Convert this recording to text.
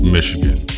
Michigan